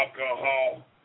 alcohol